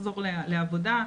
לחזור לעבודה,